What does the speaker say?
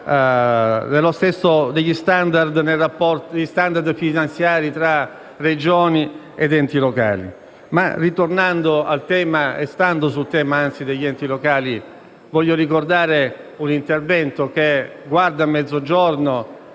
degli *standard* finanziari tra Regioni ed enti locali. Sempre in tema di enti locali, voglio ricordare un intervento che guarda sì al Mezzogiorno,